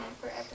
forever